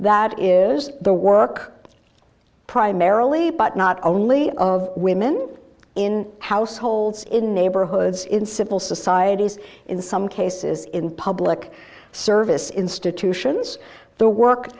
that is the work primarily but not only of women in households in neighborhoods in civil societies in some cases in public service institutions the work